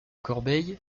corbeil